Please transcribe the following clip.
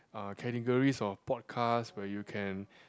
uh categories of podcast where you can